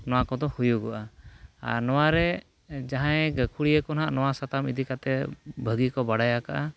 ᱱᱚᱣᱟ ᱠᱚᱫᱚ ᱦᱩᱭᱩᱜᱚᱜᱼᱟ ᱟᱨ ᱱᱚᱣᱟ ᱨᱮ ᱡᱟᱦᱟᱸᱭ ᱜᱟᱹᱠᱷᱩᱲᱤᱭᱟᱹ ᱠᱚ ᱦᱟᱸᱜ ᱱᱚᱣᱟ ᱥᱟᱛᱟᱢ ᱤᱫᱤ ᱠᱟᱛᱮᱫ ᱵᱷᱟᱹᱜᱤ ᱠᱚ ᱵᱟᱲᱟᱭ ᱠᱟᱜᱼᱟ